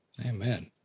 Amen